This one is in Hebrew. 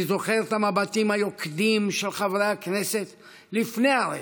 אני זוכר את המבטים היוקדים של חברי הכנסת לפני הרצח,